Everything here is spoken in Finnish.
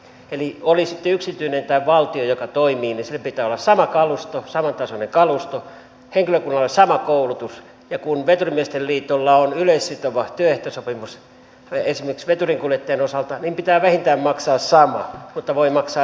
eli oli sitten yksityinen tai valtio joka toimii sillä pitää olla samantasoinen kalusto henkilökunnalla sama koulutus ja kun veturimiesten liitolla on yleissitova työehtosopimus esimerkiksi veturinkuljettajien osalta niin pitää vähintään maksaa sama mutta voi maksaa enemmänkin